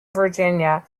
virginia